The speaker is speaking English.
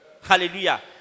Hallelujah